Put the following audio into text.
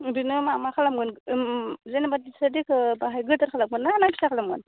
ओरैनो मा मा खालामगोन उम जेनेबा थिसार देखौ बाहाय गेदेर खालामगोन्ना ना फिसा खालामगोन